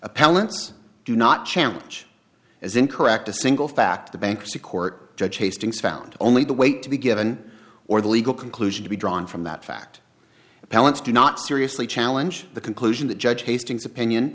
appellants do not challenge as in correct a single fact the bankruptcy court judge hastings found only the weight to be given or the legal conclusion to be drawn from that fact appellants do not seriously challenge the conclusion that judge hastings opinion